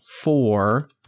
four